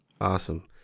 awesome